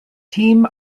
team